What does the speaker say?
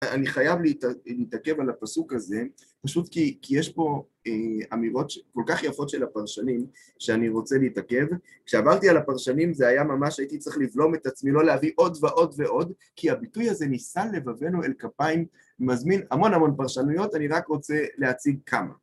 אני חייב להתעכב על הפסוק הזה, פשוט כי יש פה אמירות כל כך יפות של הפרשנים, שאני רוצה להתעכב. כשעברתי על הפרשנים, זה היה ממש, הייתי צריך לבלום את עצמי לא להביא עוד ועוד ועוד, כי הביטוי הזה, "נישא לבבנו אל כפיים", מזמין המון המון פרשנויות. אני רק רוצה להציג כמה.